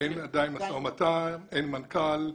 אין עדיין משא ומתן, אין מנכ"ל.